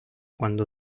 cuando